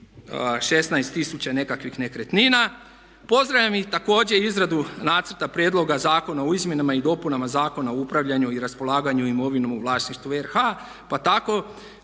tisuća nekakvih nekretnina. Pozdravljam i također izradu nacrta prijedloga Zakona o izmjenama i dopunama Zakona o upravljanju i raspolaganju imovinom u vlasništvu RH pa tako